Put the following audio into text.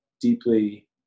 deeply